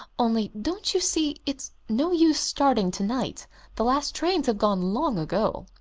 only, don't you see, it's no use starting to-night the last trains have gone long ago.